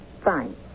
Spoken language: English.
Fine